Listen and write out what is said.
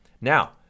Now